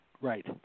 right